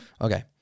Okay